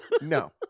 No